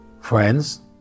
Friends